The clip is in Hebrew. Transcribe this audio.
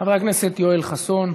חבר הכנסת יואל חסון.